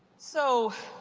so